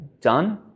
done